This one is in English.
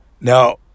Now